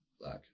Black